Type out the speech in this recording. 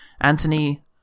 Anthony